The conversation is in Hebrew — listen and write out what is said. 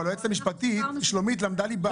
אבל היועצת המשפטית שלומית למדה ליבה.